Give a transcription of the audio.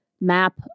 map